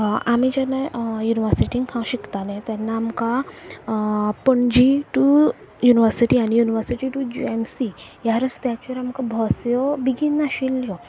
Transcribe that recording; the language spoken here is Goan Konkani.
आमी जेन्ना युनिवर्सिटी हांव शिकतालें तेन्ना आमकां पणजी टू युनिवर्सिटी आनी university to G M C ह्या रस्त्याचेर आमकां बसयो बेगीन नाशिल्ल्यो